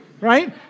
right